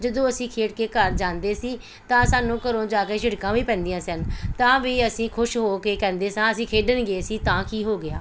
ਜਦੋਂ ਅਸੀਂ ਖੇਡ ਕੇ ਘਰ ਜਾਂਦੇ ਸੀ ਤਾਂ ਸਾਨੂੰ ਘਰੋਂ ਜਾ ਕੇ ਝਿੜਕਾਂ ਵੀ ਪੈਂਦੀਆਂ ਸਨ ਤਾਂ ਵੀ ਅਸੀਂ ਖੁਸ਼ ਹੋ ਕੇ ਕਹਿੰਦੇ ਸਾਂ ਅਸੀਂ ਖੇਡਣ ਗਏ ਸੀ ਤਾਂ ਕੀ ਹੋ ਗਿਆ